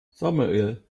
samuel